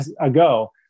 ago